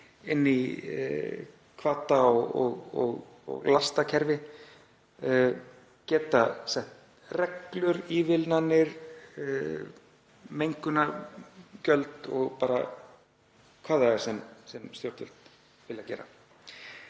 inn í hvata- og lastakerfi, geta sett reglur, ívilnanir, mengunargjöld og bara hvað sem er sem stjórnvöld vilja gera.